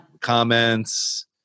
comments